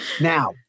now